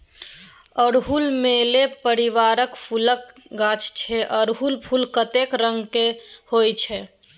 अड़हुल मेलो परिबारक फुलक गाछ छै अरहुल फुल कतेको रंगक होइ छै